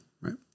Right